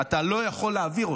אתה לא יכול להעביר אותו.